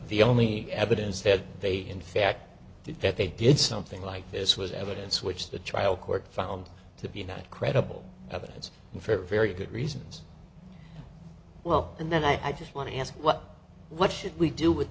the only evidence that they in fact did that they did something like this was evidence which the trial court found to be not credible evidence and for very good reasons well and then i just want to ask what what should we do with